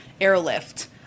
airlift